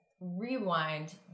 rewind